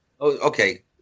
okay